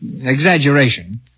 ...exaggeration